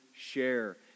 share